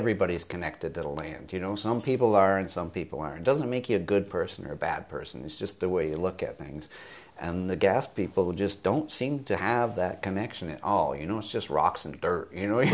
everybody is connected to the land you know some people are and some people are it doesn't make you a good person or a bad person it's just the way you look at things and the gas people just don't seem to have that connection at all you know it's just rocks and dirt you know